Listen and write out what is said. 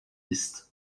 ist